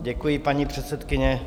Děkuji, paní předsedkyně.